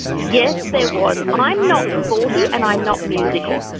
yes, there was. i'm not sporty, and i'm not musical,